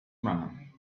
man